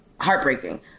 heartbreaking